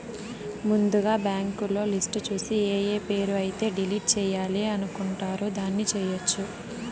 ముందుగా బ్యాంకులో లిస్టు చూసి ఏఏ పేరు అయితే డిలీట్ చేయాలి అనుకుంటారు దాన్ని చేయొచ్చు